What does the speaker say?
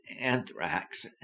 anthrax